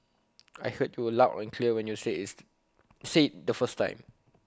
I heard you loud and clear when you said it's said the first time